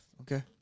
Okay